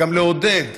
וגם לעודד